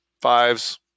fives